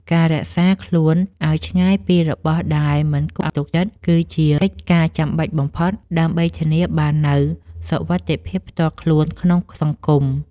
ការរក្សាខ្លួនឱ្យឆ្ងាយពីរបស់ដែលមិនគួរទុកចិត្តគឺជាកិច្ចការចាំបាច់បំផុតដើម្បីធានាបាននូវសុវត្ថិភាពផ្ទាល់ខ្លួនក្នុងសង្គម។